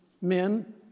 men